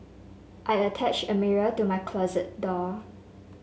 I attached a mirror to my closet door